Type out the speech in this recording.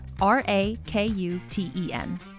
R-A-K-U-T-E-N